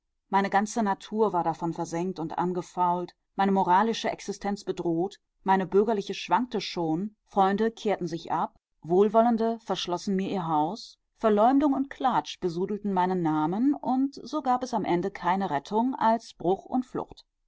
meine ganze natur war davon versengt und angefault meine moralische existenz bedroht meine bürgerliche schwankte schon freunde kehrten sich ab wohlwollende verschlossen mir ihr haus verleumdung und klatsch besudelten meinen namen und so gab es am ende keine rettung als bruch und flucht